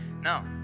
No